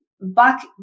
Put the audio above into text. back